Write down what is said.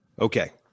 Okay